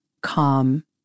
calm